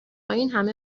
اینهمه